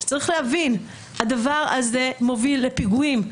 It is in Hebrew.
צריך להבין, הדבר הזה מוביל לפיגועים.